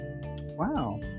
Wow